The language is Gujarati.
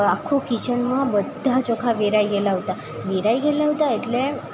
આખું કિચનમાં બધા ચોખા વેરાઈ ગયેલાં હતા વેરાઈ ગયેલાં હતાં એટલે